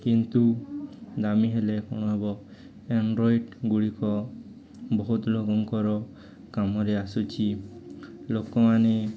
କିନ୍ତୁ ଦାମୀ ହେଲେ କ'ଣ ହବ ଆଣ୍ଡ୍ରଏଡ଼୍ ଗୁଡ଼ିକ ବହୁତ ଲୋକଙ୍କର କାମରେ ଆସୁଛି ଲୋକମାନେ